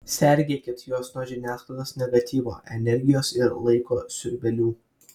sergėkit juos nuo žiniasklaidos negatyvo energijos ir laiko siurbėlių